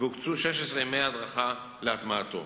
והוקצו 16 ימי הדרכה להטמעתו.